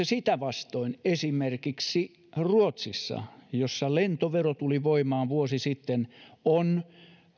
sitä vastoin esimerkiksi ruotsissa jossa lentovero tuli voimaan vuosi sitten on